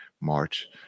March